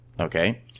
Okay